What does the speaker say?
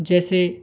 जैसे